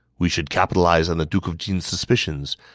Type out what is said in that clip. we should capitalize on the duke of jin's suspicions.